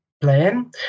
plan